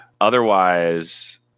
Otherwise